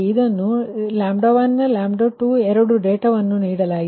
ಇಲ್ಲಿ 12ಎಂದು ಎರಡು ಡೇಟಾವನ್ನು ನೀಡಲಾಗಿದೆ